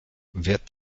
wird